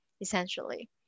essentially